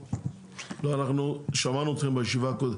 לא, אנחנו שמענו אתכם בישיבה הקודמת.